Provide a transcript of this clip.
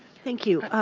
thank you.